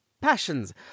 passions